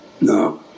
no